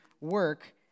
work